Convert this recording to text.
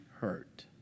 hurt